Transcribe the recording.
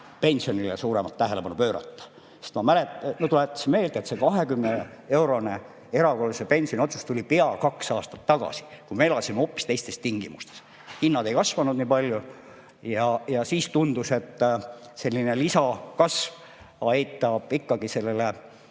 pensionile suuremat tähelepanu pöörata. Ma tuletan meelde, et see 20-eurone erakorralise pensioni otsus tuli pea kaks aastat tagasi, kui me elasime hoopis teistes tingimustes, hinnad ei kasvanud nii palju ja siis tundus, et selline lisakasv aitab pensionäridel